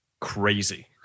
crazy